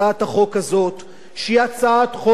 שהיא הצעת חוק בעלת משמעות רבה.